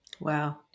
Wow